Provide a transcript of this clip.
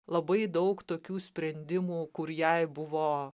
labai daug tokių sprendimų kur jai buvo